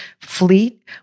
fleet